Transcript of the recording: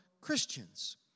Christians